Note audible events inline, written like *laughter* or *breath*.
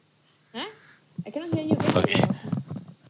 *breath* okay